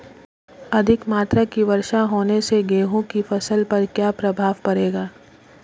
अधिक मात्रा की वर्षा होने से गेहूँ की फसल पर क्या प्रभाव पड़ेगा?